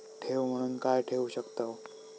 ठेव म्हणून काय ठेवू शकताव?